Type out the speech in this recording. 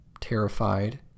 terrified